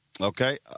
Okay